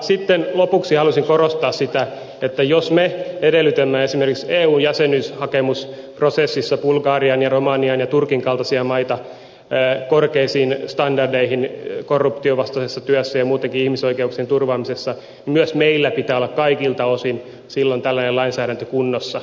sitten lopuksi haluaisin korostaa sitä että jos me edellytämme esimerkiksi eu jäsenyyshakemusprosessissa bulgarian romanian ja turkin kaltaisilta mailta korkeita standardeja korruptionvastaisessa työssä ja muutenkin ihmisoikeuksien turvaamisessa niin myös meillä pitää olla kaikilta osin silloin tällaisen lainsäädännön kunnossa